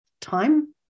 time